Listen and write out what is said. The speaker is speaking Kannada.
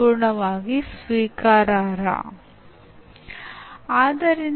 ಮೆದುಳಿನೊಳಗೆ ನಿಖರವಾಗಿ ಏನು ನಡೆಯುತ್ತಿದೆ ಎಂದು ನಮಗೆ ತಿಳಿದಿಲ್ಲ ಎಂಬ ಮಾತನ್ನು ಇದು ಆಧರಿಸಿದೆ